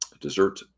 dessert